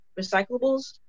recyclables